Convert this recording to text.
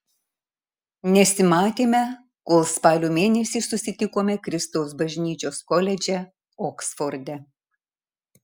nesimatėme kol spalio mėnesį susitikome kristaus bažnyčios koledže oksforde